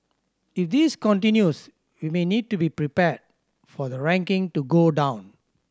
if this continues we may need to be prepared for the ranking to go down